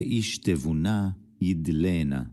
ואיש תבונה ידלנה.